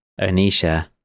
Anisha